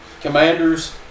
Commanders